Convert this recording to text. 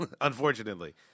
unfortunately